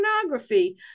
pornography